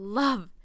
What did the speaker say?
love